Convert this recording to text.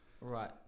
Right